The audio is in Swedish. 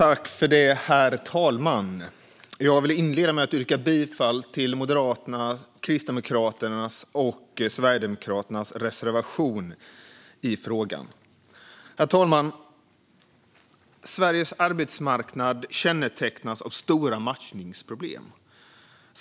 Herr talman! Jag vill inleda med att yrka bifall till Moderaternas, Kristdemokraternas och Sverigedemokraternas reservation i frågan. Herr talman! Sveriges arbetsmarknad kännetecknas av stora matchningsproblem.